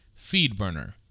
FeedBurner